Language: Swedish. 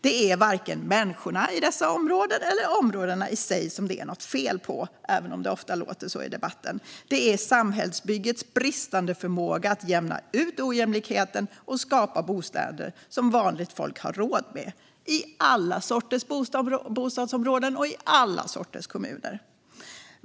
Det är varken människorna i dessa områden eller områdena i sig som det är något fel på, även om det ofta låter så i debatten. Det är i stället samhällsbyggets bristande förmåga att jämna ut ojämlikheten och skapa bostäder som vanligt folk har råd med i alla sorters bostadsområden och i alla sorters kommuner.